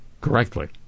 correctly